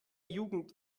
jugend